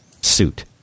suit